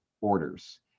orders